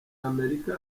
y’amerika